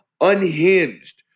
unhinged